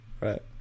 right